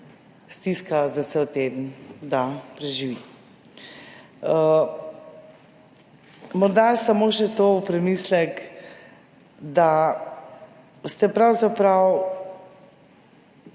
stiska za cel teden, da preživi. Morda samo še to v premislek, da ste pravzaprav